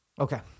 okay